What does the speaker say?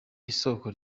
isoko